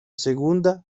segunda